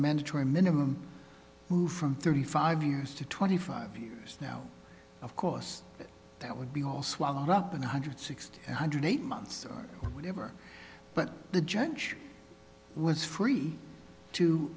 mandatory minimum who from thirty five years to twenty five years now of course that would be all swallowed up in one hundred sixty one hundred eight months or whatever but the judge was free to